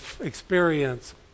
experience